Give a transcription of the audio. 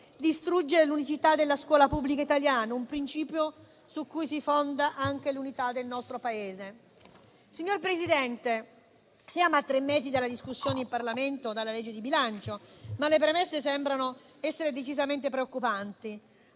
distruggere l'unicità della scuola pubblica italiana, che è un principio su cui si fonda anche l'unità del nostro Paese. Signor Presidente, siamo a tre mesi dalla discussione in Parlamento del disegno di legge di bilancio, ma le premesse sembrano essere decisamente preoccupanti.